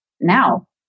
now